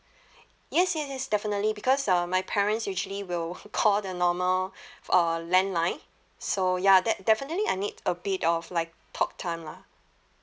yes yes yes definitely because uh my parents usually will call the normal uh landline so ya that definitely I need a bit of like talk time lah